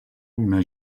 una